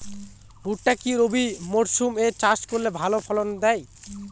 ভুট্টা কি রবি মরসুম এ চাষ করলে ভালো ফলন দেয়?